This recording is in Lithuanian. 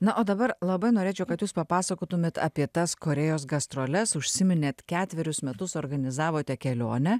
na o dabar labai norėčiau kad jūs papasakotumėt apie tas korėjos gastroles užsiminėt ketverius metus organizavote kelionę